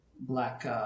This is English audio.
Black